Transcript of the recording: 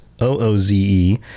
O-O-Z-E